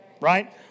Right